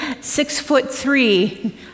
six-foot-three